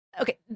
okay